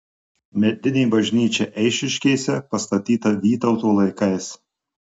medinė bažnyčia eišiškėse pastatyta vytauto laikais